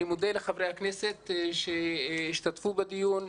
אני מודה לחברי הכנסת שהשתתפו בדיון,